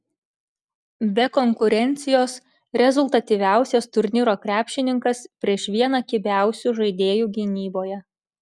be konkurencijos rezultatyviausias turnyro krepšininkas prieš vieną kibiausių žaidėjų gynyboje